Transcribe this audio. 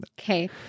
Okay